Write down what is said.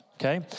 okay